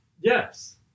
Yes